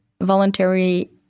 voluntary